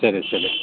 ಸರಿ ಸರಿ